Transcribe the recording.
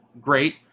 great